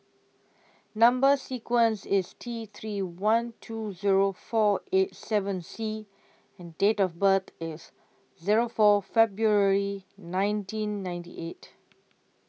Number sequence IS T three one two Zero four eight seven C and Date of birth IS Zero four February nineteen ninety eight